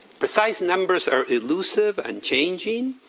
precise numbers are elusive and changing,